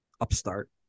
upstart